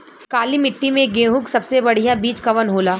काली मिट्टी में गेहूँक सबसे बढ़िया बीज कवन होला?